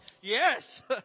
yes